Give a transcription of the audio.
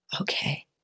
Okay